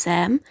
Sam